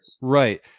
Right